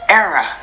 era